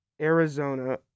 Arizona